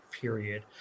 period